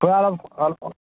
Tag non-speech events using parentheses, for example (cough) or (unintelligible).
খুৰা (unintelligible) অলপ